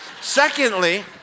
Secondly